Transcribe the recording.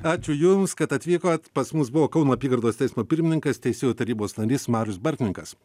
ačiū jums kad atvykot pas mus buvo kauno apygardos teismo pirmininkas teisėjų tarybos narys marius bartninkas